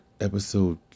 episode